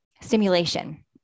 stimulation